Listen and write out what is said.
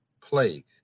plague